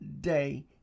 day